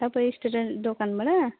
तपाईँ स्टेसनरी दोकानबाट